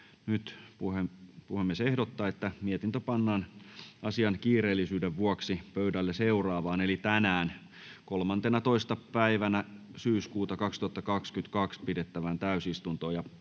Puhemiesneuvosto ehdottaa, että mietintö pannaan asian kiireellisyyden vuoksi pöydälle seuraavaan eli tänään 13. päivänä syyskuuta 2022 pidettävään täysistuntoon.